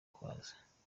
guhaza